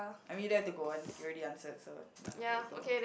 I mean don't have to go on you already answered so nah there you go